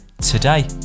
today